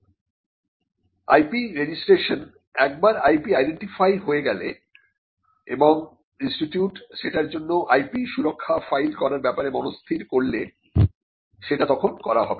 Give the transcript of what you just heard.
IP registration একবার IP identify হয়ে গেলে এবং ইনস্টিটিউট সেটার জন্য IP সুরক্ষা ফাইল করার ব্যাপারে মনস্থির করলে সেটা তখন করা হবে